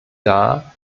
dar